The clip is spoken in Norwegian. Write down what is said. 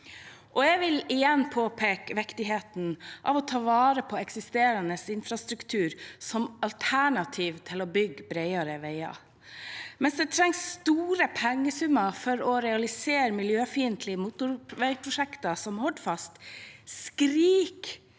Jeg vil igjen påpeke viktigheten av å ta vare på eksisterende infrastruktur som alternativ til å bygge bredere veier. Mens det trengs store pengesummer for å realisere miljøfiendtlige motorveiprosjekter som Hordfast, skriker